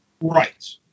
Right